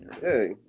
Hey